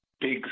big